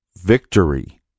Victory